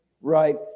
right